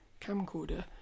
camcorder